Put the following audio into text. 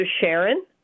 Sharon